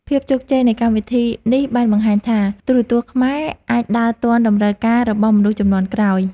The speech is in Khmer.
ភាពជោគជ័យនៃកម្មវិធីនេះបានបង្ហាញថា ទូរទស្សន៍ខ្មែរអាចដើរទាន់តម្រូវការរបស់មនុស្សជំនាន់ក្រោយ។